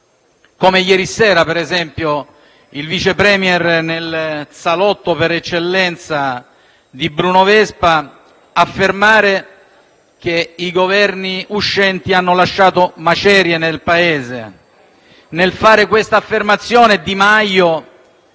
come ieri sera, per esempio, quando il Vice *Premier*, nel salotto per eccellenza di Bruno Vespa, ha affermato che i Governi uscenti hanno lasciato macerie nel Paese. Nel fare quest'affermazione, Di Maio